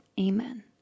Amen